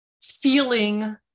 feeling